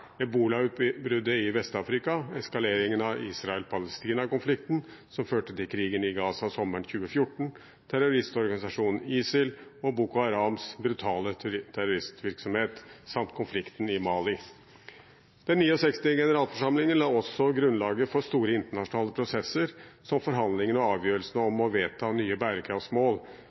ebolautbruddet i Vest-Afrika, eskaleringen av Israel-Palestina-konflikten som førte til krigen i Gaza sommeren 2014, terroristorganisasjonen ISILs og Boko Harams brutale terroristvirksomhet samt konflikten i Mali. Den 69. generalforsamlingen la også grunnlaget for store internasjonale prosesser som forhandlingene og avgjørelsene om å vedta nye bærekraftsmål,